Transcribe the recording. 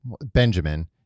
benjamin